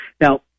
Now